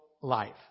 life